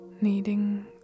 needing